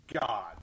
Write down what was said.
God